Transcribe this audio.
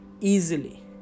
easily